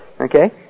okay